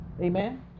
Amen